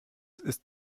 ist